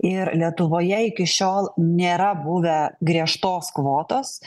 ir lietuvoje iki šiol nėra buvę griežtos kvotos